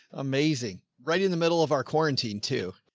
amazing. right in the middle of our quarantine to